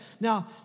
Now